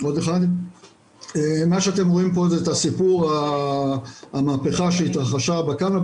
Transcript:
מה שאתם רואים פה זה את המהפכה שהתרחשה בקנביס.